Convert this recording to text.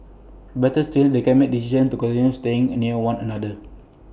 better still they can make A decision to continue staying near one another